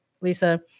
Lisa